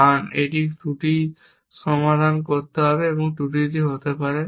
কারণ কিছু ত্রুটি সমাধান করতে হবে এবং ত্রুটিটি হতে পারে